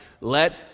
Let